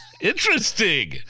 Interesting